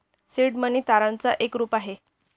seed money तारणाच एक रूप आहे